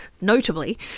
notably